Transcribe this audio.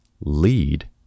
lead